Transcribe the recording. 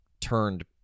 turned